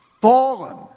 fallen